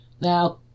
now